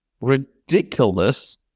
ridiculous